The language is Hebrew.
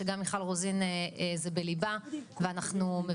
שהוא גם בליבה של מיכל רוזין ואנחנו מבינים